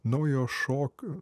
naujo šokio